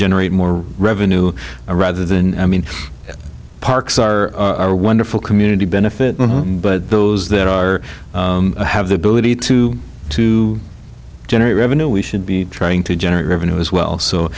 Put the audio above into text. generate more revenue rather than i mean parks are our wonderful community benefit but those that are have the ability to to generate revenue we should be trying to generate revenue as well so